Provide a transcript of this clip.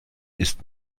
ist